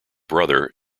brother